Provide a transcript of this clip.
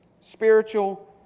Spiritual